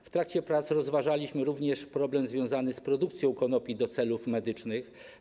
W trakcie prac rozważaliśmy również problem związany z produkcją konopi do celów medycznych.